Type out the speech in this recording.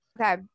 okay